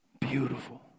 Beautiful